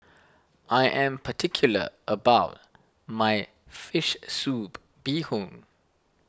I am particular about my Fish Soup Bee Hoon